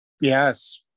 Yes